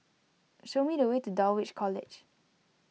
show me the way to Dulwich College